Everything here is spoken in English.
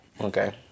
Okay